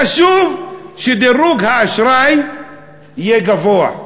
חשוב שדירוג האשראי יהיה גבוה.